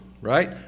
right